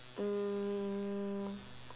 um